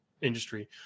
industry